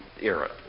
era